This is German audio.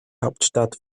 hauptstadt